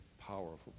powerful